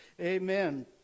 Amen